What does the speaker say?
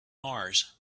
mars